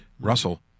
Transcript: Russell